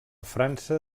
frança